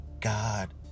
God